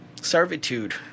servitude